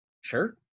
Sure